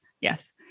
yes